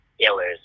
killers